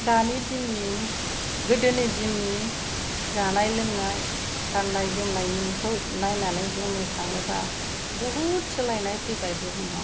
दानि दिननि गोदोनि दिननि जानाय लोंनाय गाननाय जोमनायनिखौ नायनानै बुंनो थाङोब्ला बुहुद सोलायनाय फैबाय